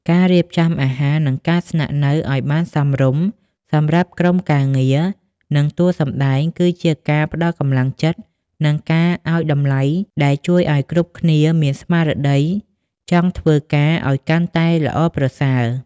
ការរៀបចំអាហារ និងការស្នាក់នៅឱ្យបានសមរម្យសម្រាប់ក្រុមការងារ និងតួសម្ដែង គឺជាការផ្ដល់កម្លាំងចិត្ត និងការឱ្យតម្លៃដែលជួយឱ្យគ្រប់គ្នាមានស្មារតីចង់ធ្វើការឱ្យកាន់តែល្អប្រសើរ។